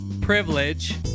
privilege